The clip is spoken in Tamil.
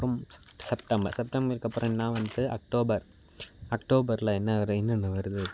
அப்புறம் செப்டம்பர் செப்டம்பருக்கு அப்புறம் என்ன வந்துவிட்டு அக்டோபர் அக்டோபரில் என்ன ரெ என்னென்ன வருது